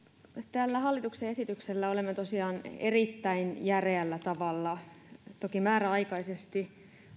tällä hallituksen esityksellä olemme tosiaan erittäin järeällä tavalla toki määräaikaisesti